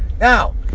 Now